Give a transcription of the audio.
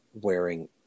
wearing